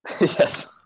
Yes